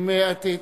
אילטוב.